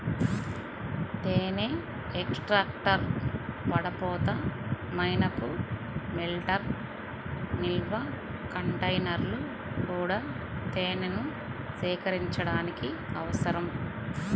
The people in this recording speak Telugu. తేనె ఎక్స్ట్రాక్టర్, వడపోత, మైనపు మెల్టర్, నిల్వ కంటైనర్లు కూడా తేనెను సేకరించడానికి అవసరం